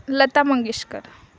Lata Mangeshkar